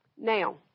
Now